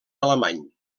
alemany